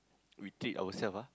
we take ourselves ah